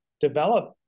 develop